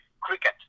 cricket